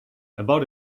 about